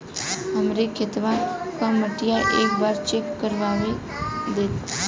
हमरे खेतवा क मटीया एक बार चेक करवा देत?